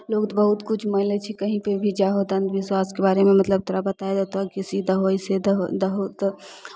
लोक तऽ बहुत किछु मानि लै छै कहीं पे भी जाहो तऽ अन्धविश्वासके बारेमे मतलब तोरा बताए देतहु कि ई दहो ऐसे दहो दहो तऽ